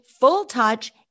full-touch